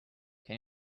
can